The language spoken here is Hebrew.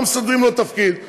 לא מסדרים לו תפקיד,